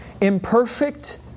imperfect